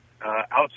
outside